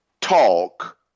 talk